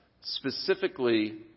specifically